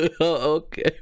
okay